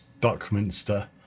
buckminster